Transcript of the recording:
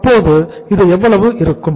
அப்போது இது எவ்வளவு இருக்கும்